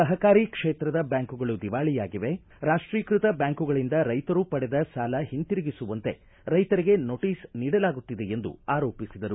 ಸಪಕಾರಿ ಕ್ಷೇತ್ರದ ಬ್ಯಾಂಕುಗಳು ದಿವಾಳಿಯಾಗಿವೆ ರಾಷ್ಷೀಕೃತ ಬ್ಯಾಂಕುಗಳಿಂದ ರೈತರು ಪಡೆದ ಸಾಲ ಒಂತಿರುಗಿಸುವಂತೆ ರೈತರಿಗೆ ನೋಟಿಸ್ ನೀಡಲಾಗುತ್ತಿದೆ ಎಂದು ಆರೋಪಿಸಿದರು